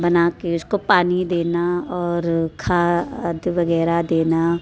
बना के उसको पानी देना और खाद वगैरह देना